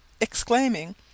exclaiming